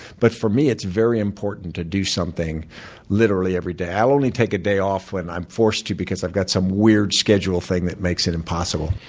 but for me, it's very important to do something literally every day. i'll only take a day off when i'm forced to because i've got some weird schedule thing that makes it impossible.